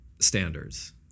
Standards